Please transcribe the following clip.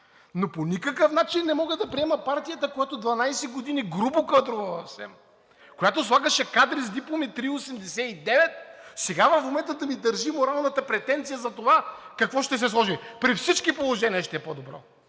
Но по никакъв начин не мога да приема партията, която 12 години грубо е кадрувала в СЕМ, която слагаше кадри с дипломи 3,89, в момента да ми държи моралната претенция за това какво ще се сложи. При всички положения ще е по-добро,